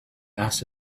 asked